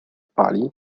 pali